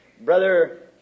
Brother